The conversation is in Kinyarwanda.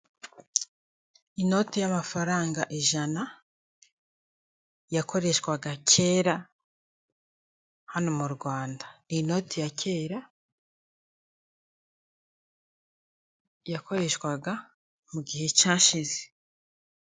Uyu ni umugore ubona usa nkukuze umurebye neza ku maso he harakeye cyane, yambaye amadarubindi ndetse n'ikote ry'umukara n'ishati y'ubururu umusatsi we urasokoje.